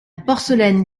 porcelaine